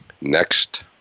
next